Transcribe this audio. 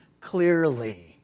clearly